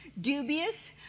dubious